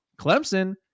Clemson